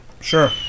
Sure